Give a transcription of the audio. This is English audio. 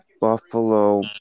Buffalo